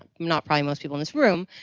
um not probably most people in this room,